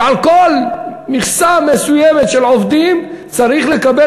שעל כל מכסה מסוימת של עובדים צריך לקבל